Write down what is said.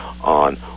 on